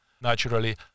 naturally